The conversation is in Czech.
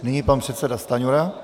Nyní pan předseda Stanjura.